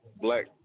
black